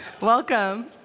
Welcome